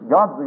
God